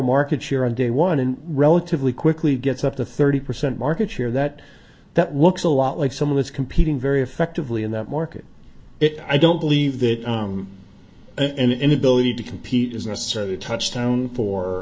market share on day one in relatively quickly gets up to thirty percent market share that that looks a lot like someone is competing very effectively in that market i don't believe that an inability to compete is a set a touchstone for